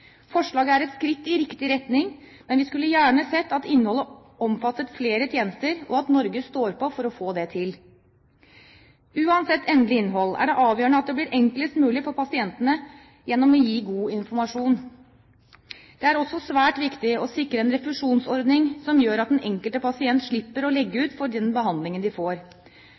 Forslaget er et skritt i riktig retning, men vi skulle gjerne sett at innholdet omfattet flere tjenester, og at Norge står på for å få det til. Uansett endelig innhold er det avgjørende at det blir enklest mulig for pasientene gjennom god informasjon. Det er også svært viktig å sikre en refusjonsordning som gjør at den enkelte pasient slipper å legge ut for den behandlingen de får.